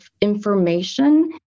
information